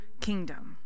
kingdom